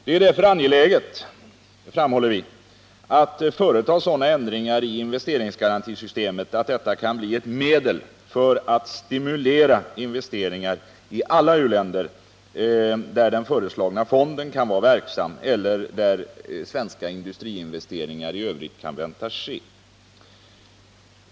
Det är därför angeläget att företa sådana ändringar i investeringsgarantisystemet att detta kan bli ett medel för att stimulera investeringar i alla u-länder där den föreslagna fonden kan vara verksam eller där svenska industriinvesteringar i övrigt kan väntas ske.